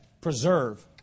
preserve